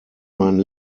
meinen